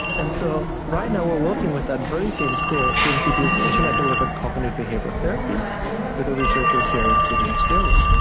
and so right now we are working with that very same school to introduce internet delivered cognitive behavioural therapy with a researcher here in sydney australia.